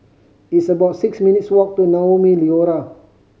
it's about six minutes' walk to Naumi Liora